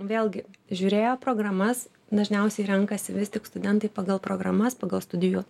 vėlgi žiūrėjo programas dažniausiai renkasi vis tik studentai pagal programas pagal studijų